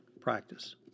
practice